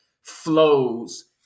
flows